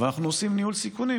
אבל אנחנו עושים ניהול סיכונים,